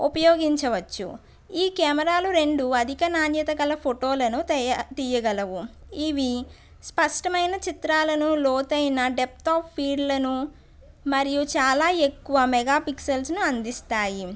ఉపయోగించవచ్చు ఈ కెమెరాలు రెండు అధిక నాణ్యత గల ఫోటోలను తయా తీయగలవు ఇవి స్పష్టమైన చిత్రాలను లోతైన డెప్త్ ఆఫ్ ఫీల్ ను మరియు చాలా ఎక్కువ మెగా ఫిక్సల్స్ ను అందిస్తాయి